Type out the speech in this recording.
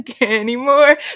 anymore